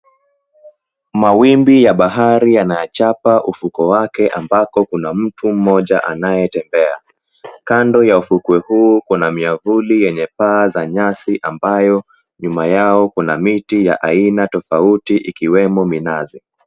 Mawimbi ya bahari yanayachapa ufuko wake ambako kuna mtu mmoja anayetembea. Kando ya ufukwe huu kuna miavuli yenye paa za nyasi ambayo nyuma yao kuna miti ya aina tofauti ikiwemo minazi.